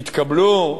יתקבלו,